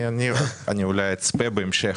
אולי אצפה בהמשך.